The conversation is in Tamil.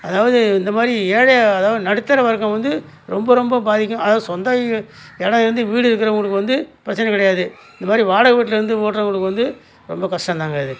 அதாவது இந்தமாதிரி ஏழை அதாவது நடுத்தர வர்க்கம் வந்து ரொம்ப ரொம்ப பாதிக்கும் அதாவது சொந்த எடம் இருந்து வீடு இருக்கிறவங்களுக்கு வந்து பிரச்சனை கிடையாது இதுமாதிரி வாடகை வீட்டில் இருந்து ஓட்டுறவங்களுக்கு வந்து ரொம்ப கஷ்டந்தாங்க இது